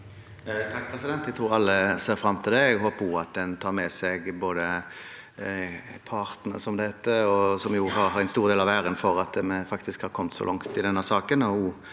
(H) Jeg tror alle ser fram til det. Jeg håper også at man tar med seg partene, som det heter, som jo har en stor del av æren for at vi faktisk har kommet så langt i denne saken,